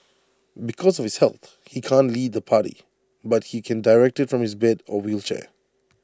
because of his health he can't lead the party but he can direct IT from his bed or wheelchair